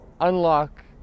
unlock